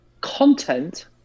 content